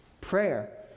Prayer